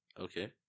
Okay